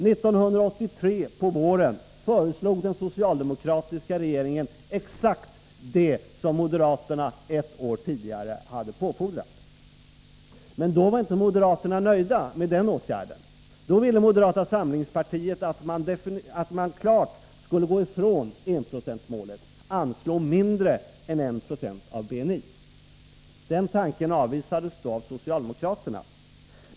1983 på våren föreslog den socialdemokratiska regeringen exakt det som moderaterna ett år tidigare hade påfordrat. Men då var inte moderaterna nöjda med den åtgärden. Då ville moderata samlingspartiet att man klart skulle gå ifrån enprocentsmålet och anslå mindre än 1 96 av BNI. Den tanken avvisades då av socialdemokraterna.